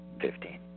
Fifteen